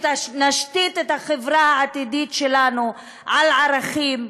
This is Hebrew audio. שנשתית את החברה העתידית שלנו על ערכים,